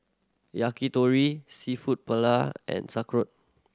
Yakitori Seafood Paella and